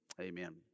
Amen